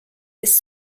this